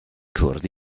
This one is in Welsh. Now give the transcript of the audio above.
cwrdd